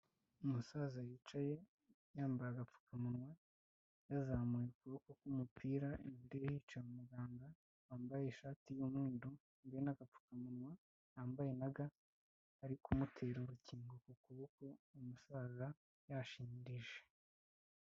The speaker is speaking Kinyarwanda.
Umusaza yicaye yambaye agapfukamunwa, yazamuye ukuboko k'umupira imbere ye hicaye umuganga wambaye ishati y'umwerube yambaye n'agapfukamunwa yambaye naga. Ari kumutera urukingo ku kuboko umusaza yashinyirize.